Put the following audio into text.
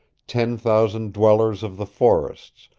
ten thousand dwellers of the forests,